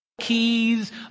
keys